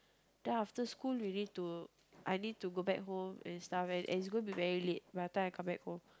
then after school we need to I need to go back home and stuff and it's going to be very late by the time I come back home